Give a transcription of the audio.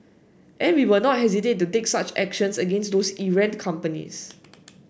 and we will not hesitate to take such actions against those errant companies